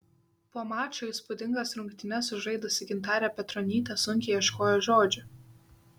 po mačo įspūdingas rungtynes sužaidusi gintarė petronytė sunkiai ieškojo žodžių